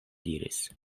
diris